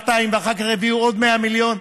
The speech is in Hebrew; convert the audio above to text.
ואחר כך הביאו עוד 100 מיליון.